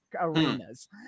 arenas